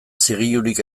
zigilurik